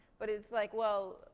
but it's like, well,